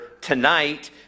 tonight